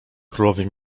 królowie